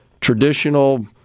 traditional